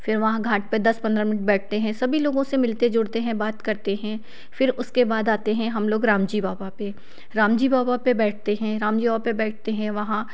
फिर वहाँ घाट पे दस पंद्रह मिंट बैठते हैं सभी लोगों से मिलते जोड़ते हैं बात करते हैं फिर उसके बाद आते हैं हम लोग राम जी बाबा पे राम जी बाबा पे बैठते हैं राम जी बाबा पे बैठते हैं वहाँ